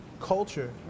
culture